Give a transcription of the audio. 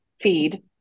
feed